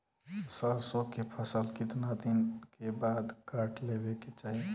सरसो के फसल कितना दिन के बाद काट लेवे के चाही?